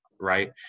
right